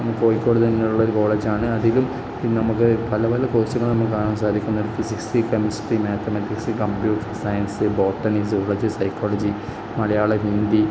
നമ്മുടെ കോഴിക്കോട്ടു തന്നെയുള്ള ഒരു കോളേജാണ് അധികും പിന്നെ നമുക്കു പല പല കോഴ്സുകൾ നമുക്കു കാണാന് സാധിക്കുന്നുണ്ട് physics chemistry mathematics computer science botany zoology psychology Malayalam Hindi